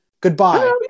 goodbye